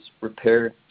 repair